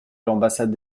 l’ambassade